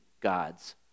God's